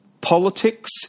politics